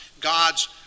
God's